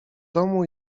domu